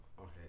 Okay